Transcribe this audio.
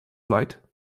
flight